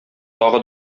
тагы